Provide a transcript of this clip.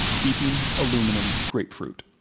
beeping aluminum grapefruit.